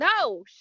No